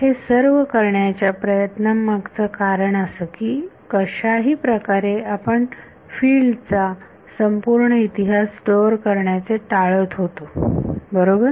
हे सर्व करण्याच्या प्रयत्नांमागचे कारण असे की कशाही प्रकारे आपण फिल्ड चा संपूर्ण इतिहास स्टोअर करण्याचे टाळत होतो बरोबर